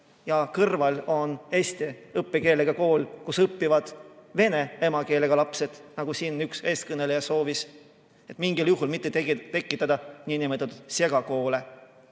ja kõrval on eesti õppekeelega kool, kus õpivad vene emakeelega lapsed? Siin üks eeskõneleja soovitas mitte mingil juhul tekitada niinimetatud segakoole.